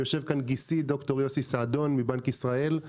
יושב פה ד"ר יוסי סעדון גיסי מבנק ישראל.